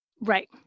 Right